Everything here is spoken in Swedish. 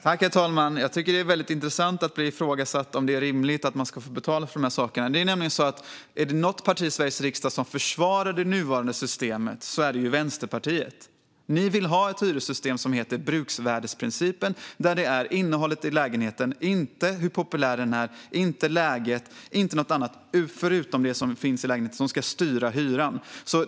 Herr talman! Det är intressant att det ifrågasätts om det är rimligt att man ska betala för de här sakerna. Om det är något parti i Sveriges riksdag som försvarar det nuvarande systemet är det nämligen Vänsterpartiet, Momodou Malcolm Jallow. Ni vill ha ett hyressystem som bygger på bruksvärdesprincipen. Enligt den är det innehållet i lägenheten, inte hur populär den är, läget eller något annat förutom det som finns i lägenheten, som ska styra hyran.